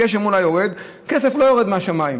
גשם אולי יורד, כסף לא יורד מהשמיים.